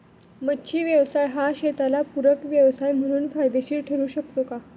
मच्छी व्यवसाय हा शेताला पूरक व्यवसाय म्हणून फायदेशीर ठरु शकतो का?